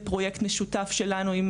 יש פרויקט משותף שלנו עם